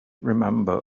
remember